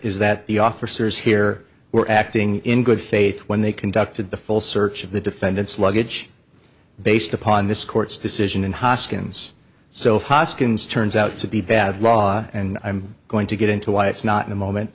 is that the officers here were acting in good faith when they conducted the full search of the defendant's luggage based upon this court's decision and hoskins so hoskins turns out to be bad law and i'm going to get into why it's not in the moment